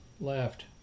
left